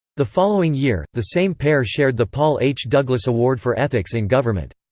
the following year, the same pair shared the paul h. douglas award for ethics in government.